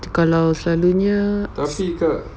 kalau selalunya